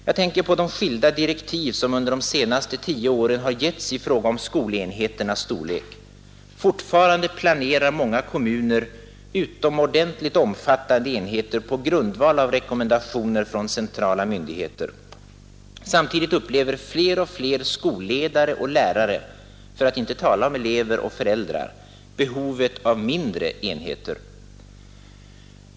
Jag tänker på de skilda direktiv som under de senaste tio åren har getts i fråga om skolenheternas storlek. Fortfarande planerar många kommuner utomordentligt omfattande enheter på grundval av rekommendationer från centrala myndigheter. Samtidigt upplever fler och fler skolledare och lärare — för att inte tala om elever och föräldrar — behovet av mindre enheter.